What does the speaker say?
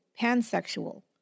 pansexual